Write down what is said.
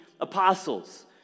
apostles